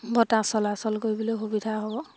বতাহ চলাচল কৰিবলৈ সুবিধা হ'ব